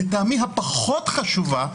לטעמי הפחות חשובה,